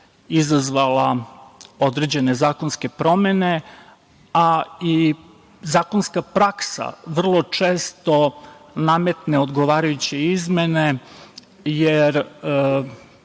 izazvala određene zakonske promene, a i zakonska praksa vrlo često nametne odgovarajuće izmene, jer